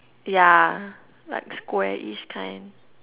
yeah like squarish kind